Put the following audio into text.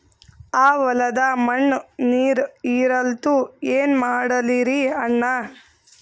ಆ ಹೊಲದ ಮಣ್ಣ ನೀರ್ ಹೀರಲ್ತು, ಏನ ಮಾಡಲಿರಿ ಅಣ್ಣಾ?